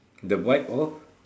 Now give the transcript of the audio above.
the vibe of